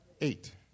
eight